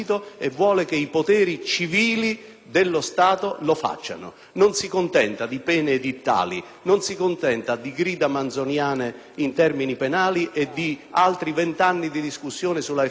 dello Stato lo facciano: non si contenta di pene edittali, di grida manzoniane in termini penali e di altri vent'anni di discussione sull'effettività della pena. Il cittadino